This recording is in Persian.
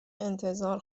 انتظار